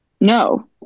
No